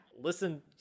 listen